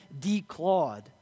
declawed